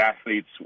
athletes